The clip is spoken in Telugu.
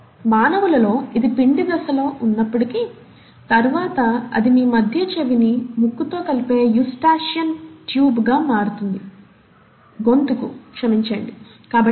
మానవులలో ఇది పిండ దశలో ఉన్నప్పటికీ తరువాత అది మీ మధ్య చెవిని ముక్కుతో కలిపే 'యుస్టాచియన్ ట్యూబ్' గా మారుతుంది